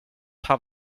have